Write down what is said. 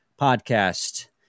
podcast